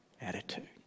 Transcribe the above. attitude